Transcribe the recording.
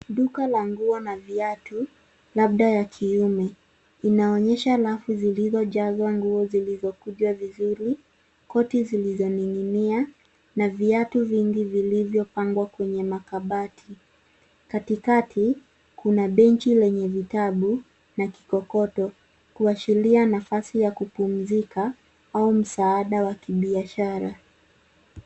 Duka la nguo na viatu labda ya kiume; linaonyesha rafu za nguo zilizokunjwa vizuri, koti zilizoning'inia na viatu vingi vilivyopangwa kwenye makabati. Katikati kuna benchi lenye vitabu na kikokoto; kuashiria nafasi ya kupumzika au msaada wa kibiashara.